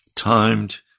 Timed